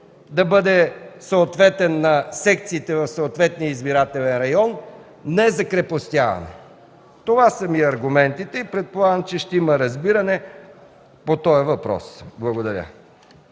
да бъде съответен на секциите в съответния избирателен район, не – закрепостяване. Това са моите аргументите и предполагам, че ще има разбиране по този въпрос. Благодаря.